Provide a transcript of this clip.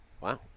Wow